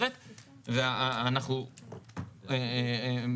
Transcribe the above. דיברו כאן על כיבוי אש,